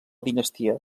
dinastia